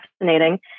fascinating